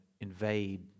invade